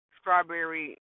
strawberry